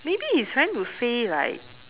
maybe it's trying to say like